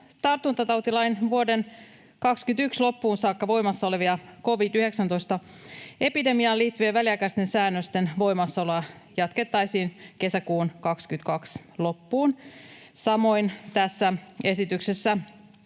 tartuntatautilain vuoden 21 loppuun saakka voimassa olevien covid-19-epidemiaan liittyvien väliaikaisten säännösten voimassaoloa jatkettaisiin kesäkuun 22 loppuun. Samoin tässä esityksessä